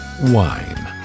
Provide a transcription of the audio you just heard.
wine